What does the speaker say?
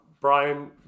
Brian